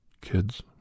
kids